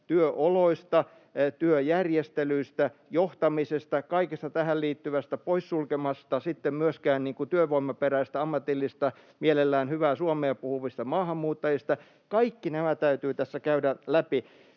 työoloista, työjärjestelyistä, johtamisesta, kaikesta tähän liittyvästä, poissulkematta sitten myöskään työvoimaperäisiä, ammatillisia, mielellään hyvää suomea puhuvia maahanmuuttajia. Kaikki nämä täytyy tässä käydä läpi.